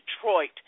Detroit